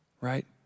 right